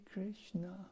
Krishna